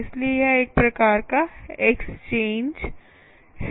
इसलिए यह एक प्रकार का एक्सचेंज है